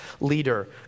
leader